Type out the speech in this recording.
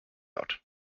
out